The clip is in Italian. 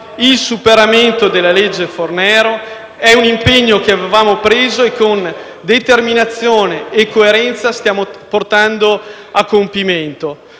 il superamento della legge Fornero. È un impegno che avevamo preso e con determinazione e coerenza stiamo portando a compimento.